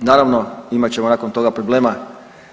Naravno imat ćemo nakon toga problema,